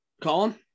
Colin